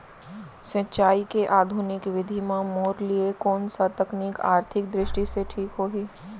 सिंचाई के आधुनिक विधि म मोर लिए कोन स तकनीक आर्थिक दृष्टि से ठीक होही?